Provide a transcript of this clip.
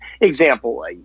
example